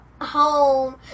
home